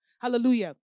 Hallelujah